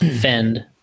Fend